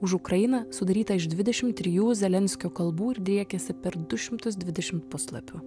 už ukrainą sudaryta iš dvidešim trijų zelenskio kalbų ir driekiasi per du šimtus dvidešimt puslapių